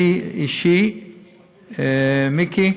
אני אישית, מיקי,